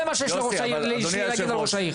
זה מה שיש לי להגיד לראש העיר,